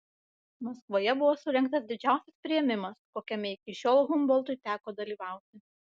maskvoje buvo surengtas didžiausias priėmimas kokiame iki šiol humboltui teko dalyvauti